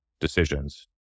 decisions